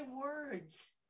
words